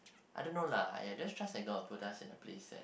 I don't know lah !aiya! just trust that god opens up a playset